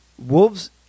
Wolves